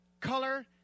color